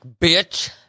bitch